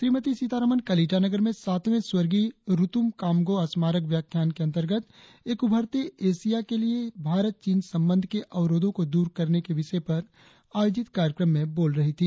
श्रीमती सीतारमन कल ईटानगर में सातवें स्वर्गीय रुतुम काम्गो स्मारक व्याख्यान के अंतर्गत एक उभरते एशिया के लिए भारत चीन संबंध में अवरोधों को दूर करने के विषय पर आयोजित कार्यक्रम में बोल रही थी